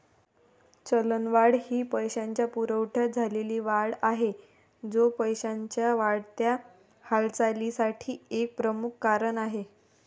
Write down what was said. चलनवाढ ही पैशाच्या पुरवठ्यात झालेली वाढ आहे, जो पैशाच्या वाढत्या हालचालीसाठी एक प्रमुख कारण आहे